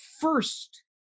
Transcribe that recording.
first